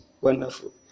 wonderful